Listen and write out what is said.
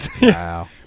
Wow